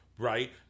Right